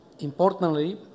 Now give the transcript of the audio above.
Importantly